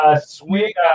sweet